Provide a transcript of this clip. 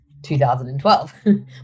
2012